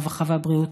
הרווחה והבריאות,